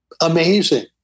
amazing